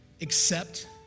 accept